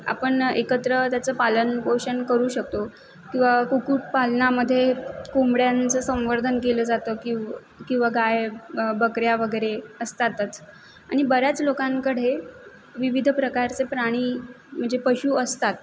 आपण एकत्र त्याचं पालनपोषन करू शकतो कि वा कुक्कुटपालनामध्ये कोंबड्यांचं संवर्धन केलं जातं कि किंवा गाय बकऱ्या वगैरे असतातच आणि बऱ्याच लोकांकडे विविध प्रकारचे प्राणी म्हणजे पशु असतात